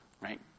right